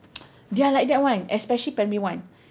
they are like that [one] especially primary one